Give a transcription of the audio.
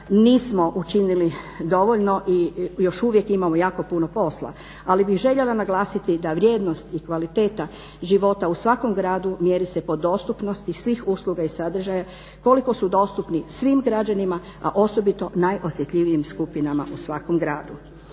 nismo učinili dovoljno i još uvijek imamo jako puno posla. Ali bih željela naglasiti da vrijednost i kvaliteta života u svakom gradu mjeri se po dostupnosti svih usluga i sadržaja koliko su dostupni svim građanima, a osobito najosjetljivijim skupinama u svakom gradu.